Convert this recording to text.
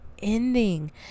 ending